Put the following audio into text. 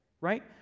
right